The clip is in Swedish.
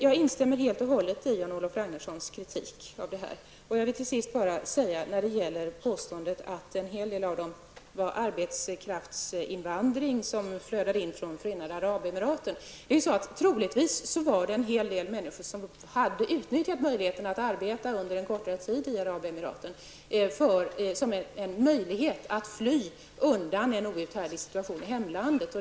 Jag instämmer helt och hållet i Jan-Olof Jag vill till sist beröra påståendet att en hel del av dessa människor var arbetskraftsinvandrare, som strömmade in från Förenade Arabemiraten. Troligen var det en hel del människor som hade utnyttjat möjligheten att arbeta under en kortare tid i Förenade Arabemiraten för att få möjlighet att fly undan en outhärdlig situation i hemlandet.